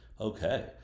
Okay